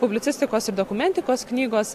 publicistikos ir dokumentikos knygos